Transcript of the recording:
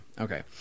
Okay